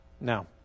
Now